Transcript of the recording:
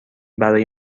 برای